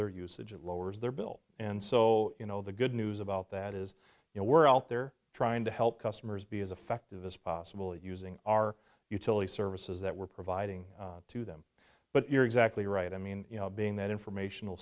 their usage it lowers their bill and so you know the good news about that is you know we're out there trying to help customers be as effective as possible using our utility services that we're providing to them but you're exactly right i mean being that informational